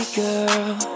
girl